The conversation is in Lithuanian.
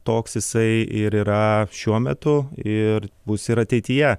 toks jisai ir yra šiuo metu ir bus ir ateityje